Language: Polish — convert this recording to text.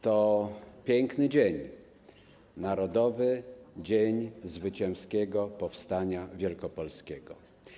To piękny dzień, Narodowy Dzień Zwycięskiego Powstania Wielkopolskiego.